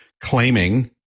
claiming